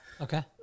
Okay